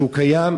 שקיים,